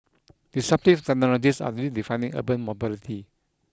disruptive technologies are redefining urban mobility